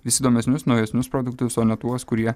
vis įdomesnius naujesnius produktus o ne tuos kurie